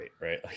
right